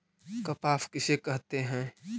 कपास किसे कहते हैं?